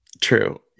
True